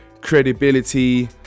credibility